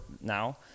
now